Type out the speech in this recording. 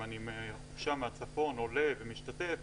אם אני מהחופשה בצפון עולה ומשתתף